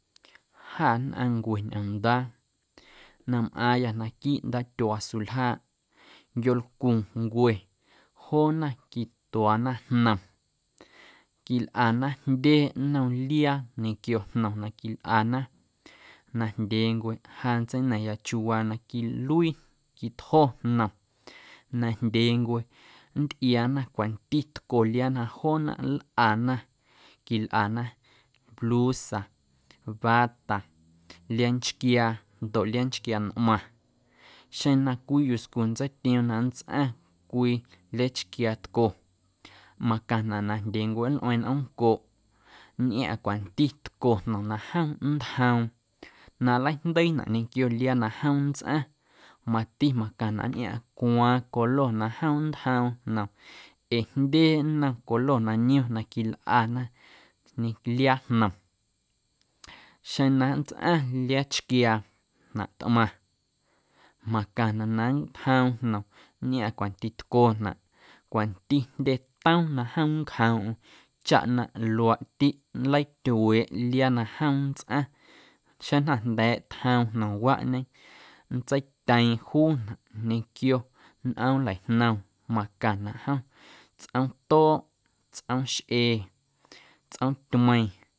Jâ nnꞌaⁿncue ñꞌoomndaa na mꞌaaⁿyâ naquiiꞌ ndatyuaa suljaaꞌ yolcuncue joona quituaana jnom quilꞌana jndye nnom liaa ñequio jnom na quilꞌana, najndyeencwe ja nntseina̱ⁿya chiuuwaa na quiluii quitjo̱ jnom najndyeencwe nntꞌiaana cwanti tyco liaa na joona nlꞌana quilꞌana blusa, bata, liaanchquiaa ndoꞌ liaanchquiaa ntꞌmaⁿ xeⁿ na cwii yusci nntseitioom na nntsꞌaⁿ liaachquiaa tco macaⁿnaꞌ najndyeencwe nlꞌueeⁿ nꞌoomncoꞌ nntꞌiaⁿꞌaⁿ cwanti tco jnom na nntjoom na nleijndeiinaꞌ ñequio liaa na jom nntsꞌaⁿ mati macaⁿnaꞌ nntꞌiaⁿꞌaⁿ cwaaⁿ colo na jom nntjoom jnom ee jndye nnom colo na niom na quilꞌana liaajnom xeⁿ na nntsꞌaⁿ liaachquiaa na tꞌmaⁿ macaⁿnaꞌ na nntjoom jnom nntꞌiaⁿꞌaⁿ cwanti tconaꞌ, cwanti jndye toom na jom nncjoomꞌm chaꞌ na luaaꞌtiꞌ nleityueeꞌ liaa na jom nntsꞌaⁿ xeⁿ jnda̱ jnda̱a̱ꞌ tjoom jnomwaꞌñe nntseityeeⁿ juunaꞌ ñequio nꞌoom aaleijnom macaⁿnaꞌ jom tsꞌoomtooꞌ, tsꞌoomxꞌe, tsꞌoomtymeiⁿ.